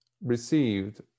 received